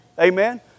Amen